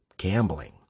Gambling